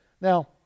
Now